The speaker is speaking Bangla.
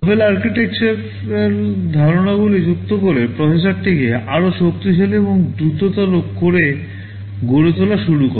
novel আর্কিটেকচারাল ধারণাগুলি যুক্ত করে প্রসেসরটিকে আরও শক্তিশালী এবং দ্রুততর করে গড়ে তোলা শুরু করে